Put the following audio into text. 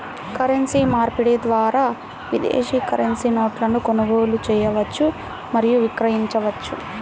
currency మార్పిడి ద్వారా విదేశీ కరెన్సీ నోట్లను కొనుగోలు చేయవచ్చు మరియు విక్రయించవచ్చు